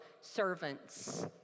servants